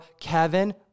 Kevin